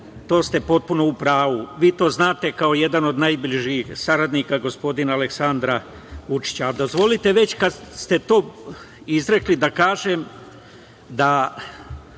to ste potpuno u pravu. Vi to znate kao jedan od najbližih saradnika gospodina Aleksandra Vučića. Dozvolite mi već kada ste to rekli, da kažem da